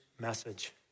message